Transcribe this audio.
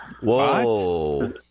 Whoa